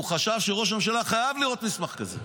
חשב שראש ממשלה חייב לראות מסמך כזה.